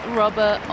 rubber